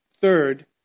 Third